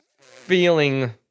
feeling